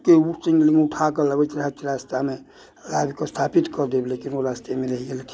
कि ओ शिवलिङ्ग उठाकऽ लबथि रहथि रास्तामे लाबिकऽ स्थापित कऽ देब लेकिन ओ रस्तेमे रहि गेलखिन